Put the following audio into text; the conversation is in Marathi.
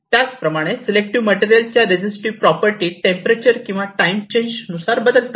त्याचप्रमाणे सिलेक्टिव्ह मटेरियल च्या रेझीटीव्ह प्रॉपर्टी टेंपरेचर किंवा टाईम चेंज नुसार बदलतात